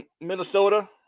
Minnesota